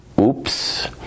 oops